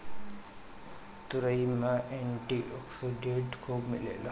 तुरई में antioxidant खूब मिलेला